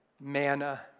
manna